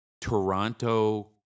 Toronto